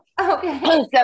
Okay